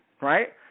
Right